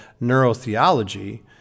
neurotheology